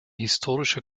historische